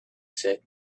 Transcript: said